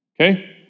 Okay